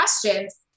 questions